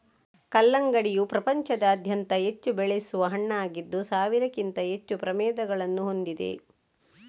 ಕಲ್ಲಂಗಡಿಯು ಪ್ರಪಂಚಾದ್ಯಂತ ಹೆಚ್ಚು ಬೆಳೆಸುವ ಹಣ್ಣಾಗಿದ್ದು ಸಾವಿರಕ್ಕಿಂತ ಹೆಚ್ಚು ಪ್ರಭೇದಗಳನ್ನು ಹೊಂದಿದೆ